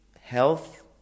health